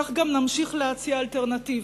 כך גם נמשיך להציע אלטרנטיבה,